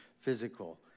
physical